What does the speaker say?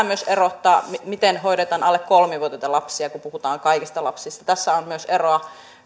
myös erottaa miten hoidetaan alle kolme vuotiaita lapsia kun puhutaan kaikista lapsista tässä on myös eroa